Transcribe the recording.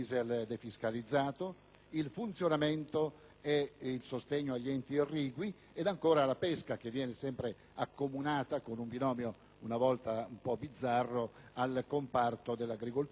il funzionamento e il sostegno agli enti irrigui e la pesca, che viene sempre accomunata, con un binomio talvolta un po' bizzarro, al comparto dell'agricoltura, per quanto concerne